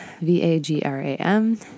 V-A-G-R-A-M